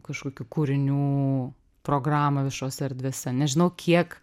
kažkokių kūrinių programą viešose erdvėse nežinau kiek